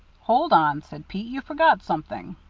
hold on, said pete, you forgot something.